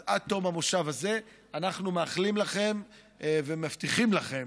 אז עד תום המושב הזה אנחנו מאחלים לכם ומבטיחים לכם,